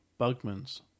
Bugman's